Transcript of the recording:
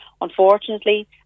unfortunately